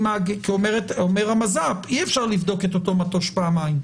אומר המז"פ: אי אפשר לבדוק את אותו מטוש פעמיים.